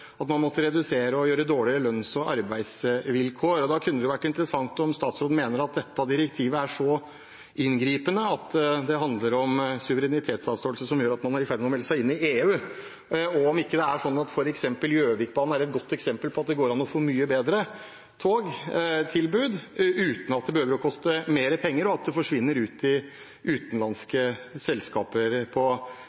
at man måtte ha dårligere lønns- og arbeidsvilkår, kunne det være interessant å høre om statsråden mener at dette direktivet er så inngripende at det handler om suverenitetsavståelse, som gjør at man er i ferd med å melde seg inn i EU. Er det ikke sånn at f.eks. Gjøvikbanen er et godt eksempel på at det går an å få et mye bedre togtilbud uten at det behøver å koste mer penger og at det forsvinner ut i